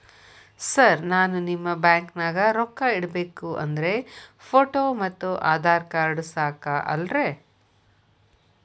Sir ನಾನು ನಿಮ್ಮ ಬ್ಯಾಂಕನಾಗ ರೊಕ್ಕ ಇಡಬೇಕು ಅಂದ್ರೇ ಫೋಟೋ ಮತ್ತು ಆಧಾರ್ ಕಾರ್ಡ್ ಸಾಕ ಅಲ್ಲರೇ?